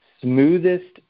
smoothest